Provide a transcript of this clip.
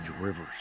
Rivers